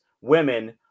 women